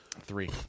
Three